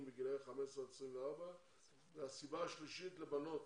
בגילאי 15 עד 24 והסיבה השלישית לבנות